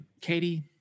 Katie